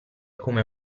come